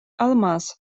алмаз